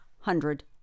hundred